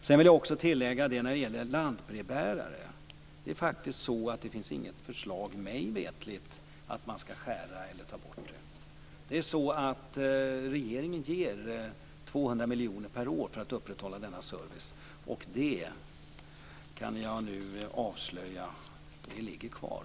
Sedan vill jag också tillägga, när det gäller lantbrevbärare, att mig veterligen finns det faktiskt inte något förslag om att man skall skära ned på eller ta bort det. Regeringen ger 200 miljoner per år för att upprätthålla denna service. Jag kan nu avslöja att det ligger kvar.